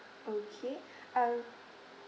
okay uh